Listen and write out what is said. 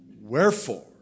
Wherefore